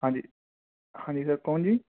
ਹਾਂਜੀ ਹਾਂਜੀ ਸਰ ਕੌਣ ਜੀ